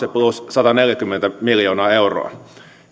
tässä on plus sataneljäkymmentä miljoonaa euroa